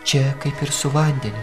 čia kaip ir su vandeniu